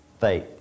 faith